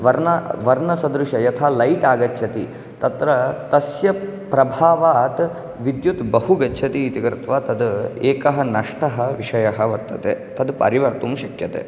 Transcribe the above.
वर्ण वर्णसदृशय यथा लैट् आगच्छति तत्र तस्य प्रभावात् विद्युत् बहु गच्छति इति कृत्वा तद् एकः नष्टः विषयः वर्तते तद् परिवर्तुं शक्यते